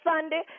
Sunday